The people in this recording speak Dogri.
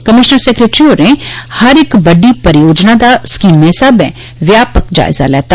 कमीशनर सैक्रेटरी होरें हर इक बड्डी परियोजना दा स्कीमै स्हाबें व्यापक जायज़ा लेया